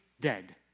dead